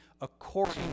according